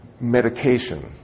medication